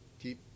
keep